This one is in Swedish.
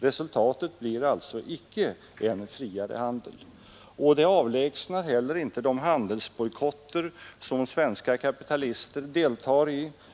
Resultatet blir alltså icke en friare handel. Inte heller avlägsnas de handelsbojkotter som Svenska kapitalister deltar i.